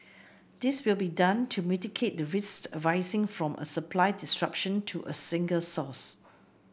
this will be done to mitigate the risks arising from a supply disruption to a single source